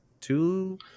two